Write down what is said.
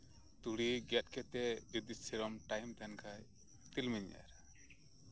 ᱛᱩᱲᱤ ᱜᱮᱫ ᱠᱟᱛᱮ ᱡᱩᱫᱤ ᱥᱮᱨᱚᱠᱚᱢ ᱴᱟᱭᱤᱢ ᱛᱟᱦᱮᱱ ᱠᱷᱟᱱ ᱛᱤᱞᱢᱤᱧ ᱤᱧ ᱮᱨᱟ